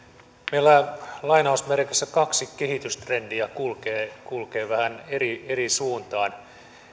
meillä lainausmerkeissä kaksi kehitystrendiä kulkee kulkee vähän eri eri suuntaan